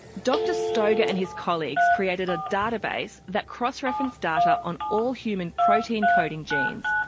dr stoeger and his colleagues created a database that cross-referenced data on all human protein coding genes,